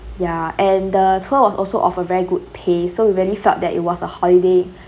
ya and the tour was also of a very good pace so we really felt that it was a holiday